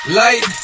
light